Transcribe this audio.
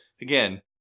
again